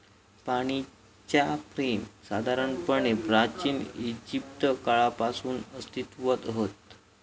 पाणीच्या फ्रेम साधारणपणे प्राचिन इजिप्त काळापासून अस्तित्त्वात हत